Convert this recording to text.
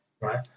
Right